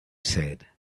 said